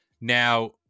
Now